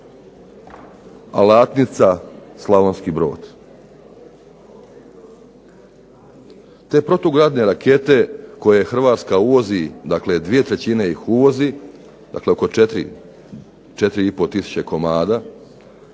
"Alatnica" Slavonski Brod. Te protugradne rakete koja Hrvatska uvozi, dakle 2/3 ih uvozi, dakle oko 4,5 tisuće komada,